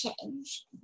change